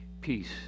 Peace